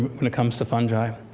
when it comes to fungi.